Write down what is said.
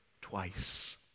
twice